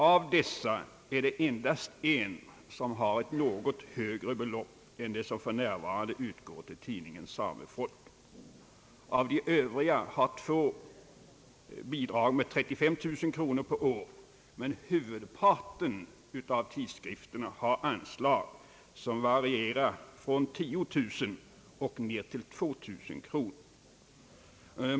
Av dessa är det endast en som har ett något högre statsbidrag än det som för närvarande utgår till tidningen Samefolket. Två andra tidskrifter har bidrag med 35 000 kronor per år, men huvudparten av tidskrifterna har anslag som varierar från 10 000 och ned till 2 000 kronor.